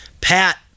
Pat